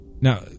now